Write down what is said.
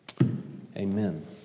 Amen